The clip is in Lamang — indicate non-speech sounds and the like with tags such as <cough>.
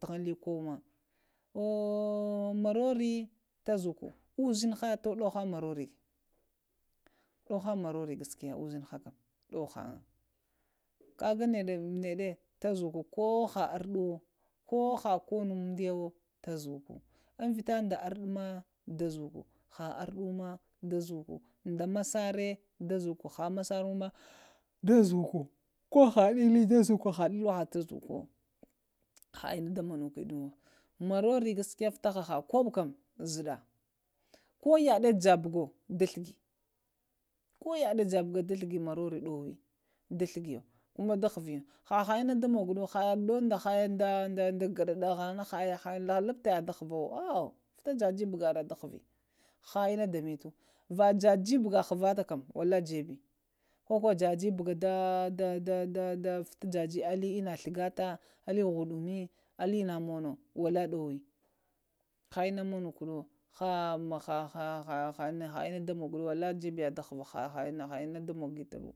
tahanz ləkowo kowo ma tuhza dubo lowo da <hesitation> morore tazako uzinho tuɗulhang morore ɗowohaŋ morere ka ga ɗəɗə ghalamg tazuko, koha ərdiw ko ha konuwaŋ umdəyo tazuko vita ɗa ərdə da dazuko ha ərdə da dazaku, da masare da zukwo ho haha marare ma dazuho ko ha inu dazuko, ha inu ɗamanu kowo, morore gashiya vita haha koɓo kang zuɗa, ko yaɗə jaɓugo flaəno da ghlogo morere koma da ghvo, haha ina da moghuɗo ha yaɗa da garaghvo luɓtana da ghvo, vita jajə ɓugaɗo ɗa ghəvo, va jajə ɓugaghva jeɓe koko jaje ɓuga jobe da, vita jajə inna ghgo to ə ghinumə, əe ina mono wal lahə ɗowe haəna manukunzwo <hesitation> ma ha inna damo gonzyo jeɓe da ghwo, ha ha ma da magətawa.